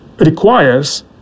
requires